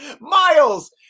Miles